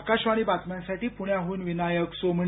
आकाशवाणी बातम्यांसाठी पुण्याहून विनायक सोमणी